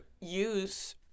use